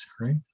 right